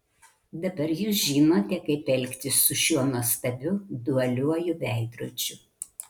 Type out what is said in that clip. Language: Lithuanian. dabar jūs žinote kaip elgtis su šiuo nuostabiu dualiuoju veidrodžiu